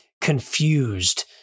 confused